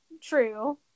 true